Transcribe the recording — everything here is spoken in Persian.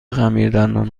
خمیردندان